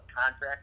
contract